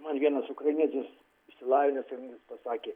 man vienas ukrainietis šilainiuose pasakė